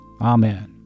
Amen